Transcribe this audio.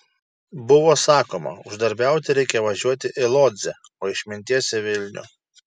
buvo sakoma uždarbiauti reikia važiuoti į lodzę o išminties į vilnių